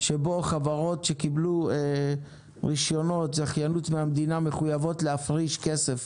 כאשר חברות שקיבלו רישיונות זכיינות מן המדינה מחויבות להפריש כסף